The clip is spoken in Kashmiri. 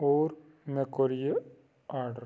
اور مےٚ کوٚر یہِ آرڈر